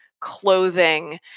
clothing